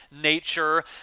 nature